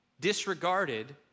disregarded